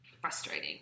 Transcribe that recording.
frustrating